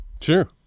sure